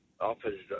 offers